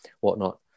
whatnot